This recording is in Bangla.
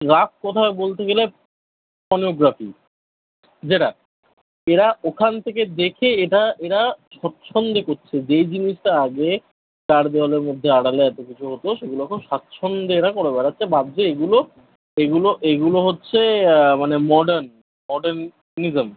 রাফ কথায় বলতে গেলে পর্নোগ্রাফি যেটা এরা ওখান থেকে দেখে এটা এরা সচ্ছন্দে করছে যে জিনিসটা আগে চারজনের মধ্যে আড়ালে এতো কিছু হতো সেগুলো এখন সচ্ছন্দে এরা করে বেড়াচ্ছে ভাবছে এগুলো এইগুলো এইগুলো হচ্ছে মানে মডার্ন মডার্নিজম